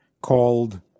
called